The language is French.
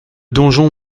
donjon